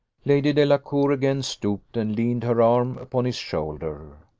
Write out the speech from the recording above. lady delacour again stooped, and leaned her arm upon his shoulder.